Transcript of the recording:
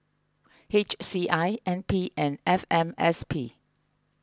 H C I N P and F M S P